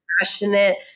passionate